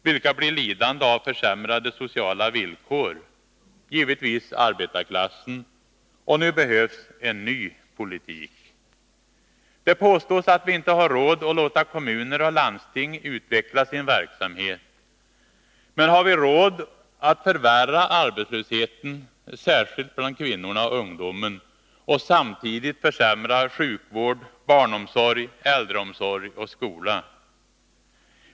Vilka blir lidande av försämrade sociala villkor? Givetvis arbetarklassen. Nu behövs en ny politik. Det påstås att vi inte har råd att låta kommuner och landsting utveckla sin verksamhet. Men har vi råd att förvärra arbetslösheten — särskilt bland kvinnorna och ungdomen — och samtidigt försämra sjukvård, barnomsorg, äldreomsorg och skola?